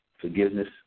forgiveness